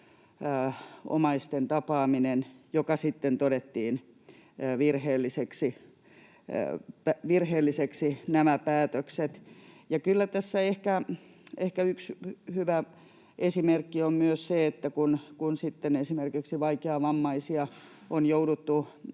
omaisten tapaaminen, ja sitten todettiin virheellisiksi nämä päätökset. Ja kyllä tässä ehkä yksi hyvä esimerkki on myös se, että kun sitten esimerkiksi vaikeavammaisia on jouduttu